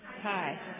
Hi